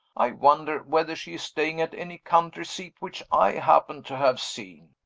i wonder whether she is staying at any country seat which i happen to have seen?